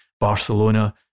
Barcelona